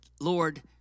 Lord